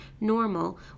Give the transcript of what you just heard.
normal